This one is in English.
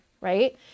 right